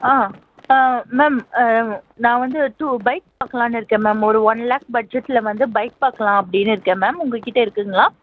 ஆ ஆ மேம் நான் வந்து டூ பைக் பார்க்கலாம்னு இருக்கேன் மேம் ஒரு ஒன் லேக் பட்ஜெட்டில் வந்து பைக் பார்க்கலாம் அப்பிடின்னு இருக்கேன் மேம் உங்கக்கிட்டே இருக்குதுங்களா